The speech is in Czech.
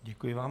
Děkuji vám.